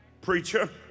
preacher